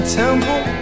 temple